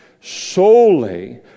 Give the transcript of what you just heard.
solely